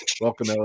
Welcome